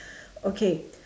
okay